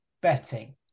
betting